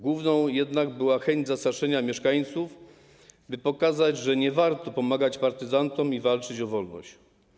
Główną jednak była chęć zastraszenia mieszkańców, by pokazać, że nie warto pomagać partyzantom i walczyć o wolność.